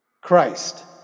Christ